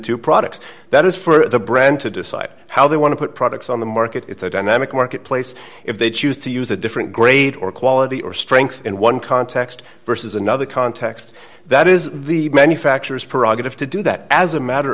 two products that is for the brand to decide how they want to put products on the market it's a dynamic marketplace if they choose to use a different grade or quality or strength in one context versus another context that is the manufacturers prerogative to do that as a matter